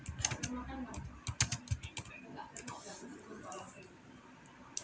it